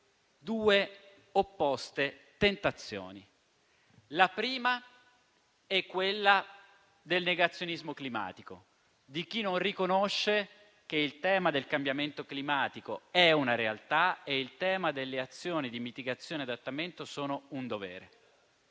due opposte tentazioni. La prima è quella del negazionismo climatico di chi non riconosce che il tema del cambiamento climatico è una realtà e che il tema delle azioni di mitigazione e adattamento sono un dovere.